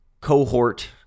cohort